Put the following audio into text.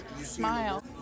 Smile